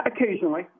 Occasionally